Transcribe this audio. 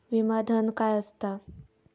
विमा धन काय असता?